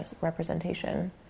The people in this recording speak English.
representation